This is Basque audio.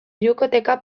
hirukoteka